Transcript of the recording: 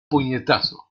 puñetazo